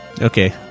Okay